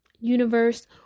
universe